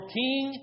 king